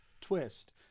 twist